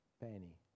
penny